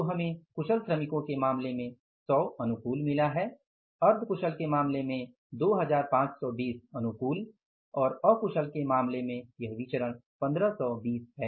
तो हमें कुशल श्रमिकों के मामले में 100 अनुकूल मिला है अर्धकुशल के मामले में 2520 अनुकूल और अकुशल के मामले में यह विचरण 1520 है